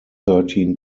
thirteen